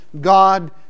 God